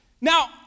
Now